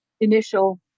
initial